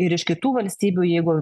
ir iš kitų valstybių jeigu